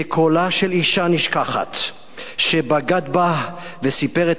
/ כקולה של אשה נשכחת שבגד בה / וסיפר את